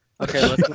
Okay